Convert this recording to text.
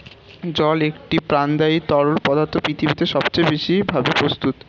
জল একটি প্রাণদায়ী তরল পদার্থ পৃথিবীতে সবচেয়ে বেশি ভাবে প্রস্তুত